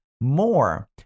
more